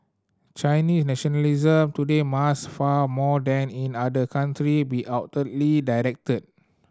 Chinese nationalism today must far more than in other country be outwardly directed